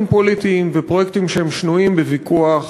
פוליטיים ופרויקטים שהם שנויים בוויכוח